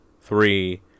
three